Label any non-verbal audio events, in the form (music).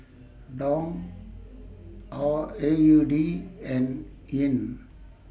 Dong (hesitation) A U D and Yuan